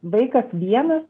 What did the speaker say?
vaikas vienas